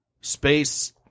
space